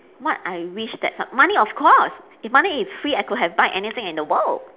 what I wish that's a money of course if money is free I could have buy anything in the world